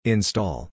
Install